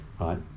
right